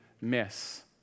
miss